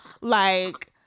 Like-